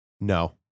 No